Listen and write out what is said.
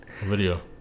video